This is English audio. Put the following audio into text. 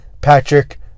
Patrick